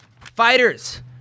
fighters